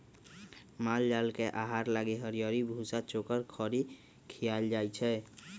माल जाल के आहार लागी हरियरी, भूसा, चोकर, खरी खियाएल जाई छै